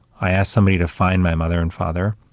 i asked somebody to find my mother and father,